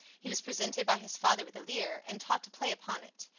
he was presented by his father with a lyre and taught to play upon it,